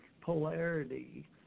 polarity